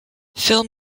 film